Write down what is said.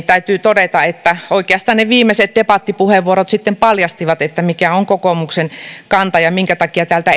täytyy todeta että oikeastaan ne viimeiset debattipuheenvuorot sitten paljastivat mikä on kokoomuksen kanta ja minkä takia täältä